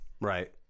Right